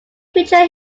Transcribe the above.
feature